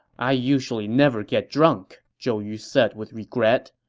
i usually never get drunk, zhou yu said with regret.